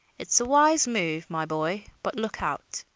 it's a wise move, my boy, but look out!